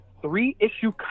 three-issue